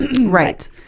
right